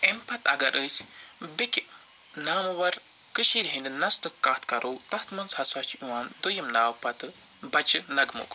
اَمہِ پتہٕ اگر أسۍ بیٚکہِ نامور کٔشیٖرِ ہِنٛدِ نژنُک کَتھ کَرو تتھ منٛز ہَسا چھُ یِوان دوٚیِم ناو پتہٕ بچہٕ نغمُک